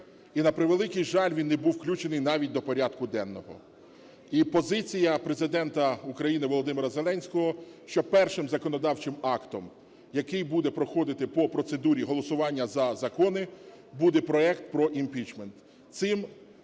І, на превеликий жаль, він не був включений навіть до порядку денного. І позиція Президента України Володимира Зеленського, що першим законодавчим актом, який буде проходити по процедурі голосування за закони, буде проект про імпічмент.